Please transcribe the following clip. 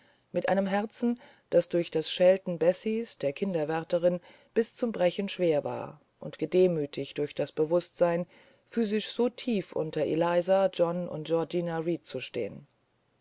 mit einem herzen das durch das schelten bessie's der kinderwärterin bis zum brechen schwer war gedemütigt durch das bewußtsein physisch so tief unter eliza john und georgina reed zu stehen